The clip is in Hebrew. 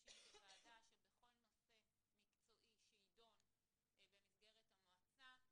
דורשים כוועדה שבכל נושא מקצועי שיידון במסגרת המועצה,